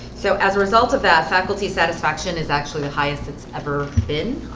so as a result of that faculty satisfaction is actually the highest it's ever been